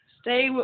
stay